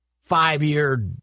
five-year